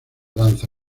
danza